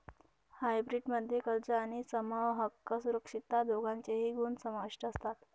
hybrid मध्ये कर्ज आणि समहक्क सुरक्षितता दोघांचेही गुण समाविष्ट असतात